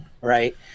right